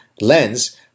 lens